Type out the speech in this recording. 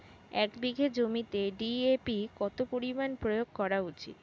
এক বিঘে জমিতে ডি.এ.পি কত পরিমাণ প্রয়োগ করা উচিৎ?